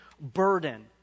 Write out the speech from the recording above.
burden